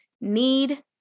need